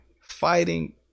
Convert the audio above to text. Fighting